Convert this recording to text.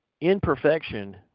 imperfection